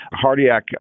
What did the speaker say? Cardiac